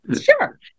Sure